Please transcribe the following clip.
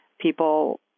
people